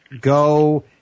go